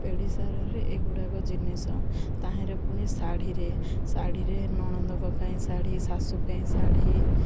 ପେଢ଼ିସାରରେ ଏଗୁଡ଼ାକ ଜିନିଷ ତାହେଲେ ପୁଣି ଶାଢ଼ୀରେ ଶାଢ଼ୀରେ ନଣନ୍ଦଙ୍କ ପାଇଁ ଶାଢ଼ୀ ଶାଶୁ ପାଇଁ ଶାଢ଼ୀ